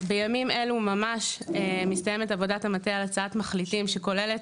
בימים אלה ממש מסתיימת עבודת המטה על הצעת מחליטים שכוללת